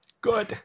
Good